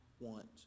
want